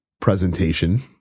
presentation